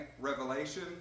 revelation